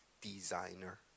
designer